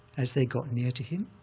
as they got near to him,